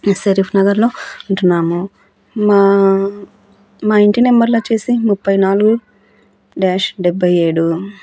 రిసరీఫ్ నగర్లో ఉంటున్నాము మా మా ఇంటి నెంబర్లు వచ్చేసి ముప్పై నాలుగు డ్యాష్ డెబ్భై ఏడు